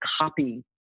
copy